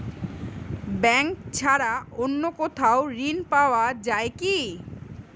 Bank ছাড়া অন্য কোথাও ঋণ পাওয়া যায় কি?